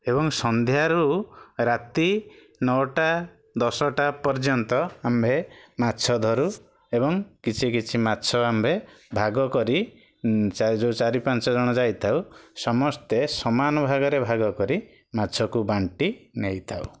ଏବଂ ସନ୍ଧ୍ୟାରୁ ରାତି ନଅଟା ଦଶଟା ପର୍ଯ୍ୟନ୍ତ ଆମ୍ଭେ ମାଛ ଧରୁ ଏବଂ କିଛି କିଛି ମାଛ ଆମ୍ଭେ ଭାଗ କରି ଯେଉଁ ଚାରି ପାଞ୍ଚ ଜଣ ଯାଇଥାଉ ସମସ୍ତେ ସମାନ ଭାଗରେ ଭାଗ କରି ମାଛକୁ ବାଣ୍ଟି ନେଇଥାଉ